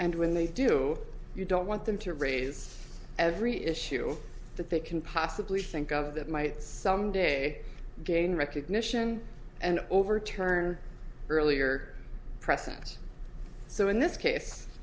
and when they do you don't want them to raise every issue that they can possibly think of that might someday gain recognition and overturn earlier precedents so in this case